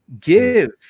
give